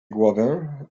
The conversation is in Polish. głowę